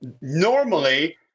normally